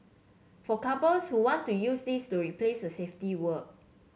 for couples who want to use this to replace the safety word